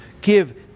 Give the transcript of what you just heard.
Give